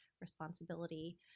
responsibility